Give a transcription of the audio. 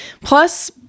Plus